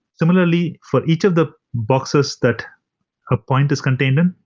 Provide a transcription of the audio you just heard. similarly, for each of the boxes that a point is contained in,